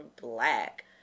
black